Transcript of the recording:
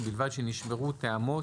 ובלבד שנשמרו טעמו,